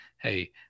hey